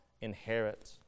inherit